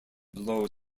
below